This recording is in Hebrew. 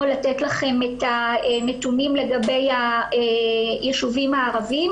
לתת לכם את הנתונים לגבי הישובים הערביים.